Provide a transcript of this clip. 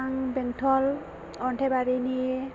आं बेंटल अन्थाइबारिनि